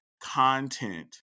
content